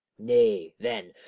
nay, then,